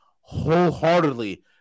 wholeheartedly